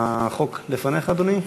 החוק לפניך, אדוני?